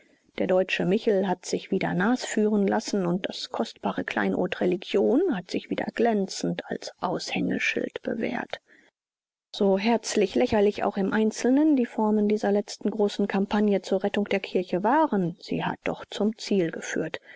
der deutsche michel hat sich wieder nasführen lassen und das kostbare kleinod religion hat sich wieder glänzend als aushängeschild bewährt so herzlich lächerlich auch im einzelnen die formen dieser letzten großen kampagne zur rettung der kirche waren sie hat doch zum ziel geführt